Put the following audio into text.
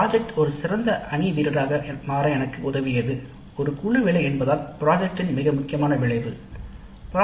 project என்பது குழு முயற்சி என்பது ஒரு முக்கியமான அம்சமாகும்